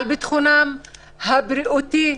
על ביטחונם הבריאותי,